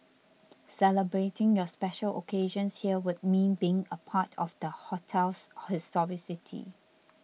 celebrating your special occasions here would mean being a part of the hotel's historicity